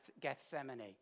Gethsemane